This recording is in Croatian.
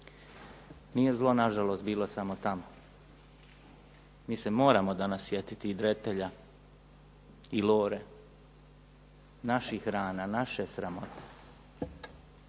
nije zlo nažalost bilo samo tamo. Mi se moramo danas sjetiti i Dretelja i Lore, naših rana, naše sramote.